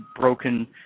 broken